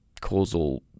causal